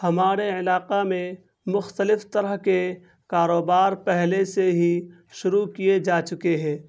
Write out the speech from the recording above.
ہمارے علاقہ میں مختلف طرح کے کاروبار پہلے سے ہی شروع کیے جا چکے ہیں